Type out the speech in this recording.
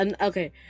okay